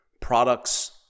products